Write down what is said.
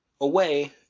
away